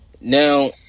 Now